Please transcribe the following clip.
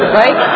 right